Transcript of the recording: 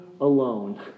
alone